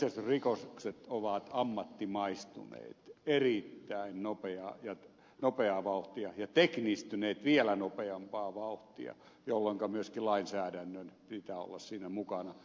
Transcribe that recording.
metsästysrikokset ovat ammattimaistuneet erittäin nopeaa vauhtia ja teknistyneet vielä nopeampaa vauhtia jolloinka myöskin lainsäädännön pitää olla siinä mukana